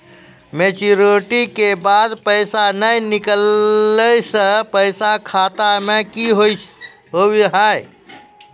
Maturity के बाद पैसा नए निकले से पैसा खाता मे की होव हाय?